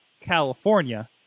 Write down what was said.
California